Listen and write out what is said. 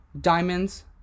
diamonds